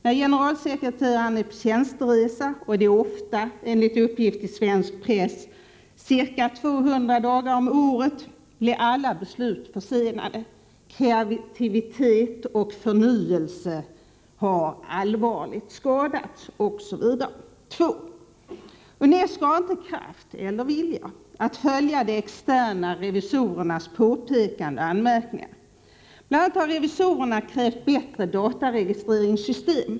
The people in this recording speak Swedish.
När generalsekreteraren är på tjänsteresa — och det händer ofta, enligt uppgift i svensk press, ca 200 dagar om året — blir alla beslut försenade. Kreativitet och förnyelse har allvarligt skadats osv. . UNESCO har inte kraft — eller vilja — att följa upp de externa revisorernas påpekanden och anmärkningar. Bl.a. har revisorerna krävt bättre dataregistreringssystem.